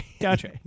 Gotcha